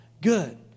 good